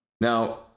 Now